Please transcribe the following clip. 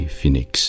Phoenix